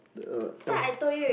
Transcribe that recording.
the uh